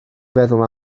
feddwl